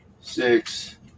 six